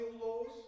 laws